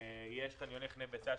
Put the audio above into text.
יש חניוני חנה וסע,